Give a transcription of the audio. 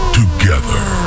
together